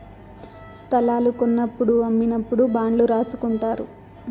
స్తలాలు కొన్నప్పుడు అమ్మినప్పుడు బాండ్లు రాసుకుంటారు